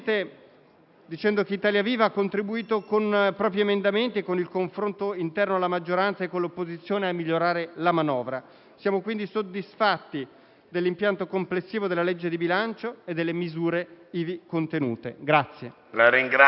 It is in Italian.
dicendo che Italia Viva ha contribuito con propri emendamenti e con il confronto interno alla maggioranza e con l'opposizione a migliorare la manovra. Siamo quindi soddisfatti dell'impianto complessivo della legge di bilancio e delle misure ivi contenute.